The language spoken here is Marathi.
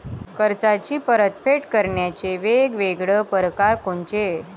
कर्जाची परतफेड करण्याचे वेगवेगळ परकार कोनचे?